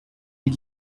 die